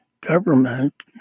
government